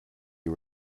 you